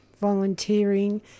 volunteering